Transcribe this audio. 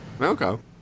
Okay